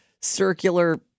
circular